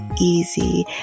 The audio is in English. easy